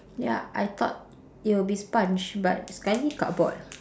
ya I thought it will be sponge but sekali cardboard